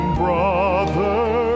brother